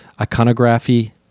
Iconography